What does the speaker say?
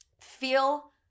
feel